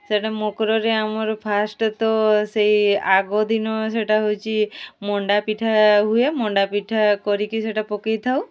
ସେଟା ମକରରେ ଆମର ଫାର୍ଷ୍ଟ ତ ସେଇ ଆଗ ଦିନ ସେଟା ହେଉଛି ମଣ୍ଡା ପିଠା ହୁଏ ମଣ୍ଡାପିଠା କରିକି ସେଟା ପକେଇଥାଉ